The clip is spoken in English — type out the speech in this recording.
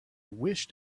wished